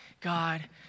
God